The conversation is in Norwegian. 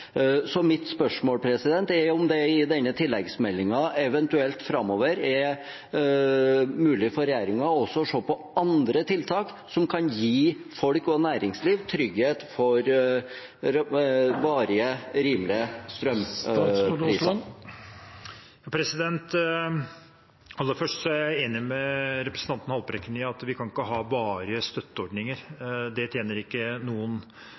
Mitt spørsmål er om det i denne tilleggsmeldingen, eventuelt framover, er mulig for regjeringen også å se på andre tiltak som kan gi folk og næringsliv trygghet for varige, rimelige strømpriser. Aller først er jeg enig med representanten Haltbrekken i at vi kan ikke ha varige støtteordninger. Det tjener ikke noen